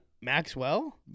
Maxwell